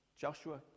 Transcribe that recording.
Joshua